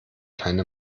keine